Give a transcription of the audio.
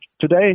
today